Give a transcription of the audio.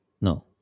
no